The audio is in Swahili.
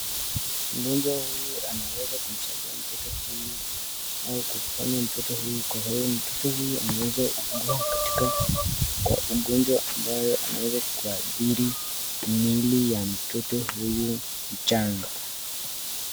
Mgonjwa huyu anaweza kumsaidia mtoto huyu au kuponya mtoto huyu kwa sababu mtoto huyu anaweza ugua katika kwa ugonjwa ambayo anaweza kuadhiri mwili ya mtoto huyu mchanga.